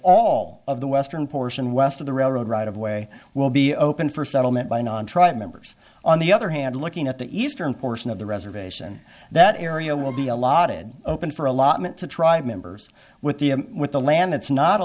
all of the western portion west of the railroad right of way will be opened for settlement by non tribal members on the other hand looking at the eastern portion of the reservation that area will be allotted open for allotment to tribe members with the with the land it's not a